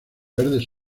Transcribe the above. verdes